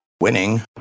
Winning